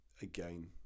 again